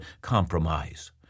compromise